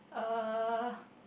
uh